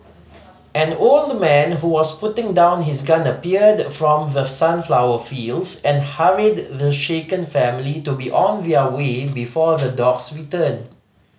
an old man who was putting down his gun appeared from the sunflower fields and hurried the shaken family to be on their way before the dogs return